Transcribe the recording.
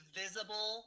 visible